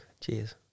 Cheers